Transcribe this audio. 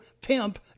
pimp